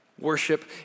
Worship